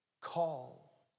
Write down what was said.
call